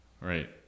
right